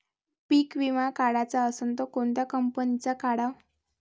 पीक विमा काढाचा असन त कोनत्या कंपनीचा काढाव?